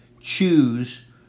choose